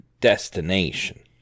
destination